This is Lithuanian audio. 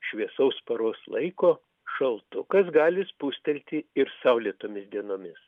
šviesaus paros laiko šaltukas gali spustelti ir saulėtomis dienomis